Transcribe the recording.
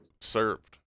served